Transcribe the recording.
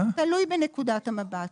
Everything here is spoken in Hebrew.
תלוי בנקודת המבט.